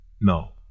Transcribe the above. No